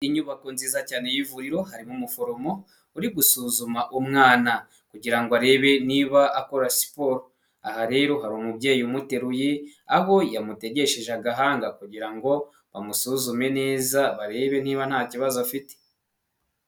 Inyubako nziza cyane y'ivuriro harimo umuforomo uri gusuzuma umwana kugira arebe niba akora siporo, aha rero hari umubyeyi umuteruye aho yamutegesheje agahanga kugira ngo bamusuzume neza barebe niba nta kibazo afite.